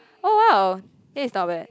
oh !wow! this is not bad